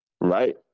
right